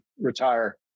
retire